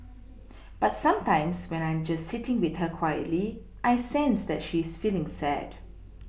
but sometimes when I am just sitting with her quietly I sense that she is feeling sad